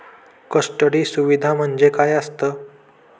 Custody सुविधा म्हणजे काय असतं?